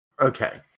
Okay